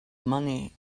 money